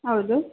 ಹೌದು